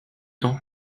temps